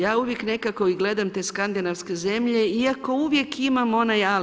Ja uvijek nekako i gledam te skandinavske zemlje iako uvijek imam onaj ali.